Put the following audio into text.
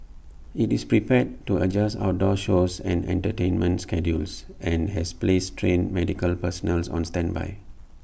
IT is prepared to adjust outdoor shows and entertainment schedules and has placed trained medical personnel on standby